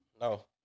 No